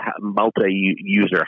multi-user